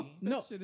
No